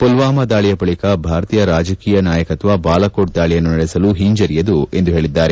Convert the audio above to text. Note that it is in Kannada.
ಮಲ್ವಾಮ ದಾಳಿಯ ಬಳಿಕ ಭಾರತೀಯ ರಾಜಕೀಯ ನಾಯಕಕ್ವ ಬಾಲಾಕೋಟ್ ದಾಳಿಯನ್ನು ನಡೆಸಲು ಹಿಂಜರಿಯದು ಎಂದಿದ್ದಾರೆ